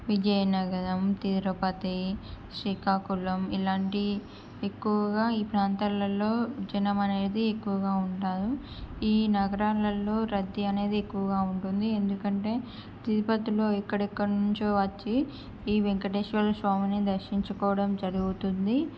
విజయనగరం తిరుపతి శ్రీకాకుళం ఇలాంటి ఎక్కువగా ఈ ప్రాంతాలల్లో జనం అనేది ఎక్కువగా ఉంటారు ఈ నగరాలల్లో రద్దీ అనేది ఎక్కువగా ఉంటుంది ఎందుకంటే తిరుపతిలో ఎక్కడెక్కడ నుంచో వచ్చి ఈ వెంకటేశ్వర స్వామిని దర్శించుకోవడం జరుగుతుంది